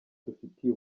dufitiye